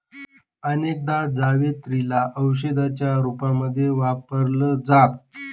अनेकदा जावेत्री ला औषधीच्या रूपामध्ये वापरल जात